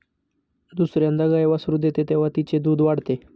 दुसर्यांदा गाय वासरू देते तेव्हा तिचे दूध वाढते